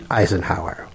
Eisenhower